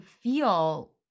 feel